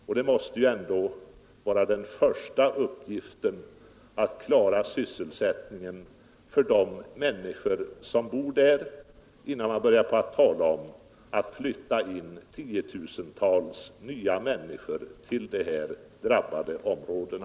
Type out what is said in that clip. Man måste ju ändå klara sysselsättningen för de människor som bor där innan man börjar tala om att flytta tiotusentals människor till dessa drabbade områden.